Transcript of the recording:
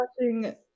watching